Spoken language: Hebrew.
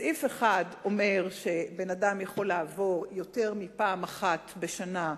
סעיף אחד אומר שבן-אדם יכול לעבור יותר מפעם אחת בשנה,